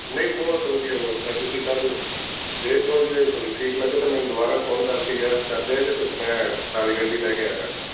ਨਹੀਂ ਬਹੁਤ ਵਧੀਆ ਤੁਸੀਂ ਕੱਲ ਵੇਖ ਲਓ ਜੀ ਜੇ ਤੁਹਾਨੂੰ ਠੀਕ ਲੱਗੇ ਤਾਂ ਮੈਨੂੰ ਦੁਬਾਰਾ ਫੋਨ ਕਰਕੇ ਯੈਸ ਕਰਦੇ ਜੇ ਫਿਰ ਮੈਂ ਕਾਲੀ ਗੱਡੀ ਲੈ ਕੇ ਆ ਜਾਗਾ